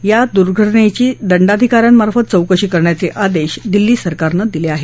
या दुर्घटनेची दंडाधिका यांमार्फत चौकशी करण्याचे आदेश दिल्ली सरकारनं दिले आहेत